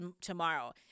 tomorrow